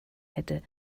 hätte